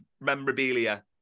memorabilia